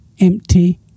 empty